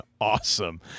awesome